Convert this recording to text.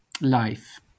life